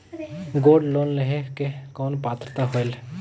Gold loan लेहे के कौन पात्रता होएल?